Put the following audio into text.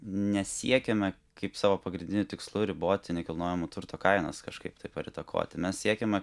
nesiekiame kaip savo pagrindiniu tikslu riboti nekilnojamo turto kainas kažkaip taip ar įtakoti mes siekiame